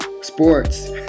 Sports